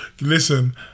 Listen